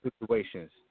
situations